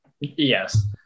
Yes